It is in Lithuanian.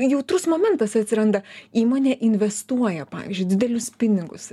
jautrus momentas atsiranda įmonė investuoja pavyzdžiui didelius pinigus